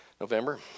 November